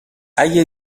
اگه